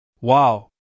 wow